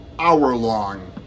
hour-long